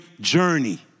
journey